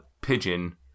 pigeon